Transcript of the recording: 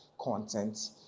content